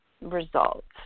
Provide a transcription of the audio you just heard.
results